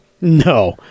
No